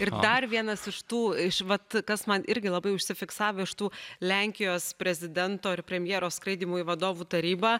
ir dar vienas iš tų iš vat kas man irgi labai užsifiksavę iš tų lenkijos prezidento ir premjero skraidymų į vadovų tarybą